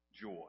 joy